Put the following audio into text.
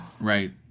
right